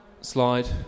slide